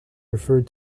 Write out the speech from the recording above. referred